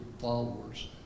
followers